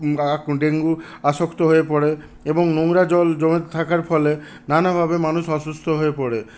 dengue আসক্ত হয়ে পড়ে এবং নোংরা জল জমে থাকার ফলে নানাভাবে মানুষ অসুস্থ হয়ে পড়ে